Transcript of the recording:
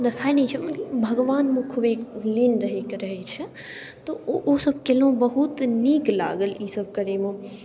देखाइत नहि छै भगवानमे खूबे लीन रहैके रहैत छै तऽ ओ सब कयलहुँ बहुत नीक लागल ईसब करैमे